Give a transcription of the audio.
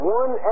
one